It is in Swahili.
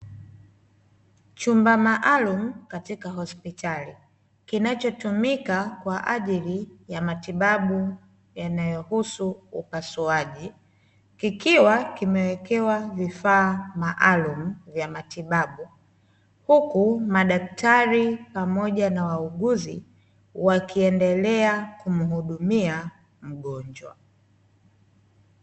Chumba maalumu katika hosipitali kinacho tumika kwa ajili ya matibabu yanayohusu upasuaji, kikiwa kimewekewa vifaa maalumu vya matibabu, huku madaktari pamoja na wauguzi wakiendelea kumhudumia mgonjwa.